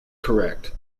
correct